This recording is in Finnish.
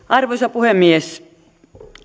arvoisa puhemies